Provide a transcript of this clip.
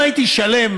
אם הייתי שלם,